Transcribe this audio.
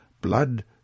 blood